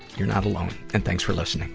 you're not alone, and thanks for listening